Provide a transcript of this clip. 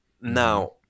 Now